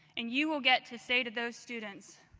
and you will get to say to those students,